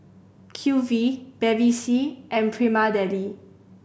Q V Bevy C and Prima Deli